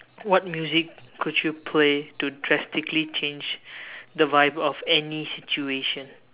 what music could you play to drastically change the vibe of any situation